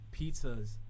pizzas